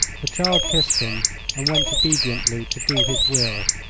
the child kissed him and went obediently to do his will.